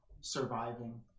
surviving